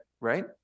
right